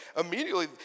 immediately